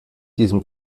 diesem